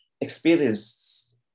experiences